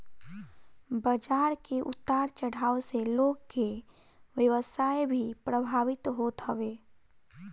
बाजार के उतार चढ़ाव से लोग के व्यवसाय भी प्रभावित होत हवे